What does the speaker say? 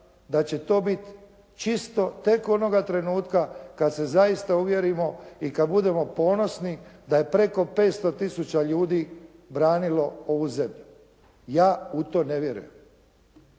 da će to biti čisto tek onoga trenutka kada se zaista uvjerimo i kada budemo ponosni da je preko 500 tisuća ljudi branilo ovu zemlju. Ja u to ne vjerujem.